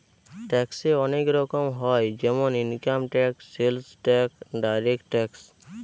ট্যাক্সে অনেক রকম হয় যেমন income tax, sales tax, direct tax